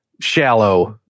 shallow